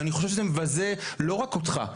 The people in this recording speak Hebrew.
ואני חושב שזה מבזה לא רק אותך,